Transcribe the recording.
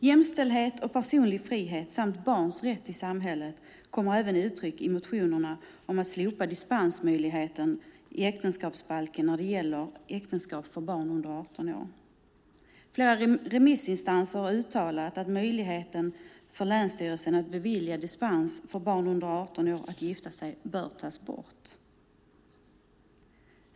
Jämställdhet och personlig frihet samt barns rätt i samhället kommer till utryck även i motionerna om att slopa dispensmöjligheten i äktenskapsbalken när det gäller äktenskap för barn under 18 år. Flera remissinstanser har uttalat att möjligheten för länsstyrelserna att bevilja dispens för barn under 18 år att gifta sig bör tas bort.